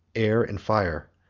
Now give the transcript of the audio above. air and fire.